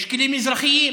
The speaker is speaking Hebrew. יש כלים אזרחיים.